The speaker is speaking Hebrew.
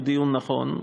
הוא דיון נכון.